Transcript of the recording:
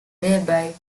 thereby